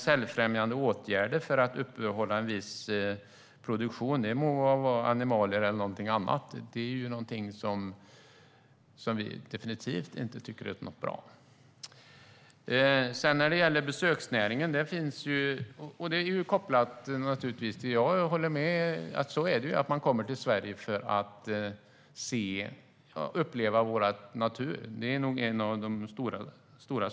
Säljfrämjande åtgärder för att upprätthålla en viss produktion, det må vara animalier eller någonting annat, är någonting som vi definitivt inte tycker är bra. När det gäller besöksnäringen håller jag med om att människor kommer till Sverige för att uppleva vår natur. Det är en av de stora sakerna.